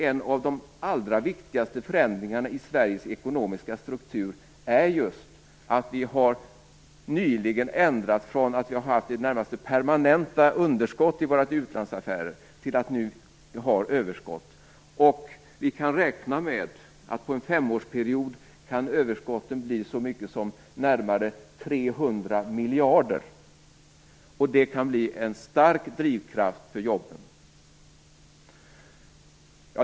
En av de allra viktigaste förändringarna i Sveriges ekonomiska struktur är just att vi nyligen gått från att ha haft i det närmaste permanenta underskott i våra utlandsaffärer till att nu ha överskott. Vi kan räkna med att under en femårsperiod kan överskotten bli så höga som närmare 300 miljarder, och detta kan bli en stark drivkraft för jobben.